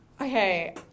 Okay